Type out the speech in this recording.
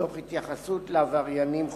תוך התייחסות לעבריינים חוזרים.